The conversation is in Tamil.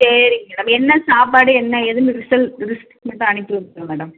சேரிங்க மேடம் என்ன சாப்பாடு என்ன ஏதுன்னு லிஸ்ட் மட்டும் அனுப்பி விட்டுருங்க மேடம்